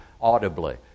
audibly